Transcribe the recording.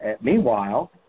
Meanwhile